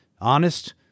Honest